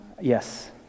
Yes